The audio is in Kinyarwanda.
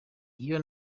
iyo